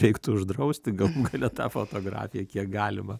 reiktų uždrausti galų gale tą fotografiją kiek galima